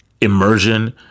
immersion